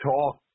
talk